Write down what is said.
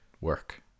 work